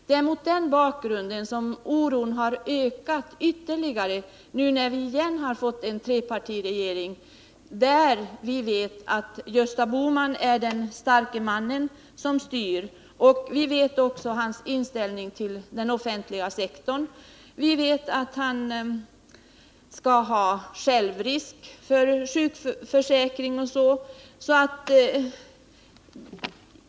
Det är mot den bakgrunden som oron har ökat ytterligare när vi nu återigen har fått en trepartiregering, där vi vet att Gösta Bohman är den starke mannen som styr. Vi känner också till hans inställning till den offentliga sektorn, vi vet att han vill ha självrisk i sjukförsäkringen osv.